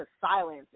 silence